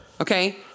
Okay